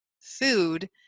food